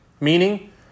Meaning